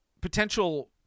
potential